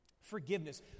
Forgiveness